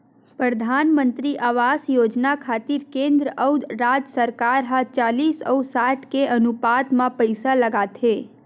परधानमंतरी आवास योजना खातिर केंद्र अउ राज सरकार ह चालिस अउ साठ के अनुपात म पइसा लगाथे